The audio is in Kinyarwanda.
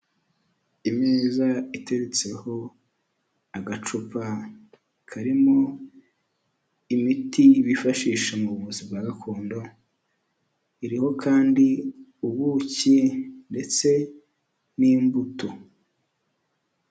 Imeza iteretseho agacupa karimo imiti bifashisha mu buvuzi bwa gakondo, iriho kandi ubuki, ndetse n'imbuto.